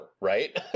right